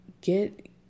get